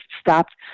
stopped